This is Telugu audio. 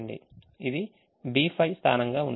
ఇది B5 స్థానం గా ఉంటుంది